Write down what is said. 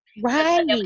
right